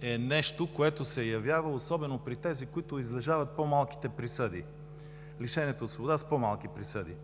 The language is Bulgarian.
е нещо, което се явява особено при тези, които излежават по-малките присъди – лишените от свобода с по-малки присъди.